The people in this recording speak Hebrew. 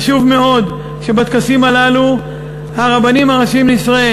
חשוב מאוד שבטקסים הללו הרבנים הראשיים לישראל,